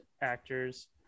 actors